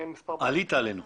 נכון.